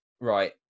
right